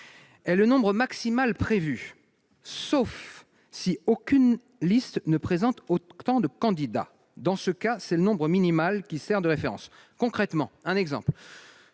et le nombre maximal prévu sauf si aucune liste ne présente autant de candidats dans ce cas, c'est le nombre minimal qui sert de référence concrètement un exemple,